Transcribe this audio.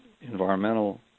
environmental